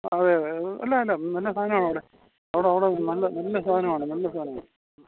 അതെ അതെ അല്ല അല്ല നല്ല സാധനാണ് അവിടെ അവിടെ അവിടെ നല്ല നല്ല സാധനമാണ് നല്ല സാധനമാണ്